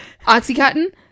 oxycontin